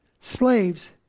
Slaves